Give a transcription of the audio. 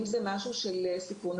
אם זה משהו של סיכון,